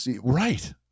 Right